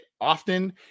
often